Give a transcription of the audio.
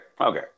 Okay